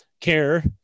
care